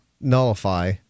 nullify